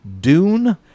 Dune